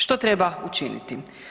Što treba učiniti?